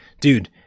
dude